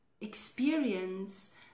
experience